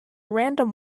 random